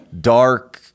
dark